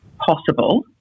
possible